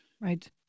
Right